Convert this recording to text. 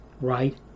right